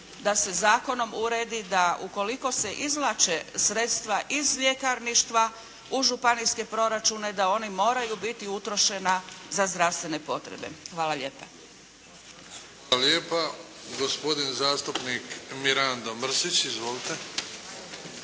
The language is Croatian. da se zakonom uredi da ukoliko se izvlače sredstva iz ljekarništva u županijske proračune da ona moraju biti utrošena za zdravstvene potrebe. Hvala lijepa. **Bebić, Luka (HDZ)** Hvala lijepa. Gospodin zatupnik Mirando Mrsić. Izvolite.